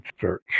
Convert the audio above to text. Search